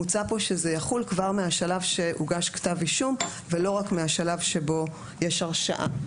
מוצע פה שזה יחול כבר מהשלב שהוגש כתב אישום ולא רק מהשלב שבו יש הרשעה.